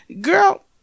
girl